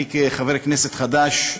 אני, כחבר כנסת חדש,